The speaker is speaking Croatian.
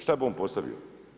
Šta bi on postavio?